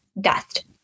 dust